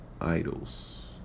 idols